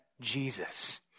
Jesus